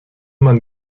man